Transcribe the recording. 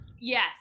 Yes